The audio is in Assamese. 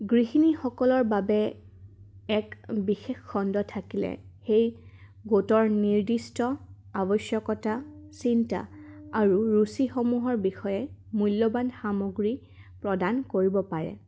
গৃহিণীসকলৰ বাবে এক বিশেষ খণ্ড থাকিলে সেই গোটৰ নিৰ্দিষ্ট আৱশ্যকতা চিন্তা আৰু ৰুচিসমূহৰ বিষয়ে মূল্যৱান সামগ্ৰী প্ৰদান কৰিব পাৰে